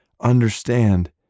understand